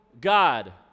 God